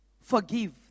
forgive